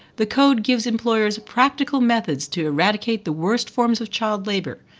the code gives employers practical methods to eradicate the worst forms of child labour,